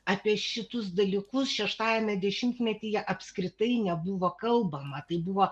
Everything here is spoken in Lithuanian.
apie šitus dalykus šeštajame dešimtmetyje apskritai nebuvo kalbama tai buvo